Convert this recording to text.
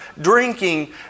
drinking